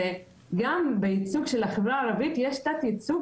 גם בייצוג של החברה הערבית יש תת-ייצוג